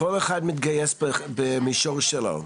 כל אחד מתגייס במישור שלו.